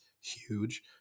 huge